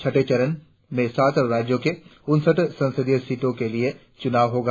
छठे चरण में सात राज्यों की उनसठ संसदीय सीटों के लिए चुनाव होगा